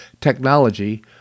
technology